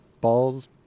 balls